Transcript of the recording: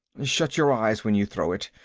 shut your eyes when you throw it.